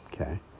okay